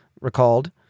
recalled